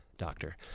doctor